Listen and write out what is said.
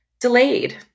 delayed